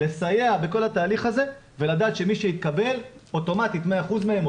לסייע בכל התהליך הזה ולדעת שמי שהתקבל אוטומטית 100% מהם,